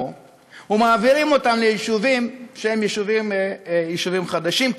ומעבירים אותן ליישובים שהם יישובים חדשים,